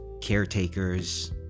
caretakers